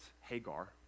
Hagar